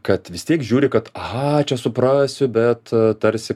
kad vis tiek žiūri kad aha čia suprasiu bet tarsi